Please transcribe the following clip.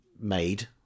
made